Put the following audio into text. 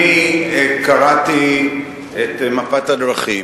אני קראתי את מפת הדרכים,